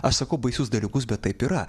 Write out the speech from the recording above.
aš sakau baisius dalykus bet taip yra